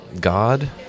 God